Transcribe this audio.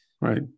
Right